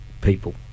people